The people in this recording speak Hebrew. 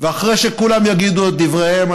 ואחרי שכולם יגידו את דבריהם,